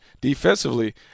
Defensively